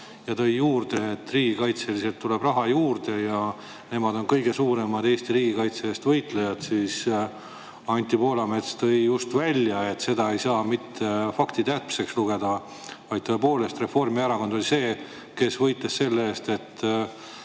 ja tõi välja, et riigikaitseliselt tuleb raha juurde ja nemad on kõige suuremad Eesti riigikaitse eest võitlejad, siis Anti Poolamets tõi just välja, et seda ei saa faktitäpseks lugeda. Tõepoolest, Reformierakond oli see, kes võitles selle eest, et